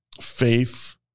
faith